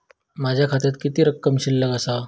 माझ्या खात्यात किती रक्कम शिल्लक आसा?